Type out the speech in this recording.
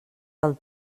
del